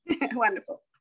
Wonderful